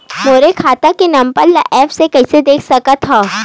मोर खाता के नंबर ल एप्प से कइसे देख सकत हव?